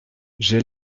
j’ai